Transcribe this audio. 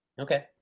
Okay